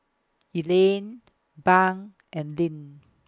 Elaine Bunk and Linn